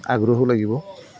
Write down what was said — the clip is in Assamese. আগ্ৰহো লাগিব